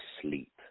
sleep